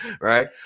right